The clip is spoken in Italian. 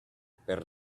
per